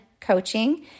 coaching